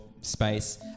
space